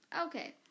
okay